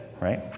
Right